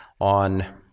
on